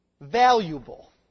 valuable